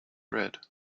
red